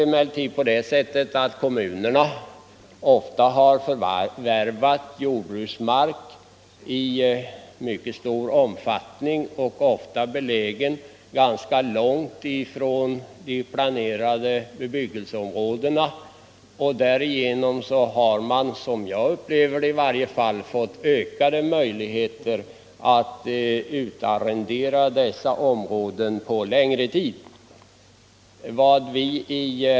Emellertid har kommunerna ofta förvärvat jordbruksmark i mycket stor omfattning men belägen ganska långt från de planerade bebyggelseområdena. Därigenom har man, i varje fall som jag upplever det, fått ökade möjligheter att utarrendera dessa områden på längre tid.